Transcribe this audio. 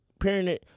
parent